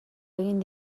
egin